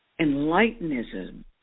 Enlightenism